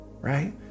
right